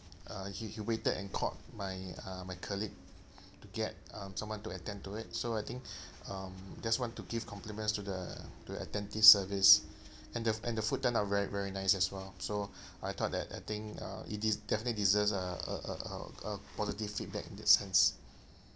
uh he he waited and called my uh my colleague to get um someone to attend to it so I think um I just want to give compliments to the to your attentive service and the and the food turned out very very nice as well so I thought that I think uh it des~ definitely deserves a a a a a positive feedback in that sense